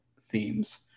themes